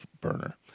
burner